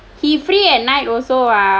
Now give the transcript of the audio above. he free at night also